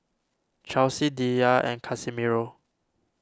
Charlsie Diya and Casimiro